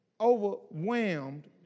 overwhelmed